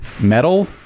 Metal